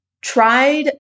tried